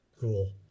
cool